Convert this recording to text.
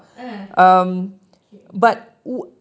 eh cute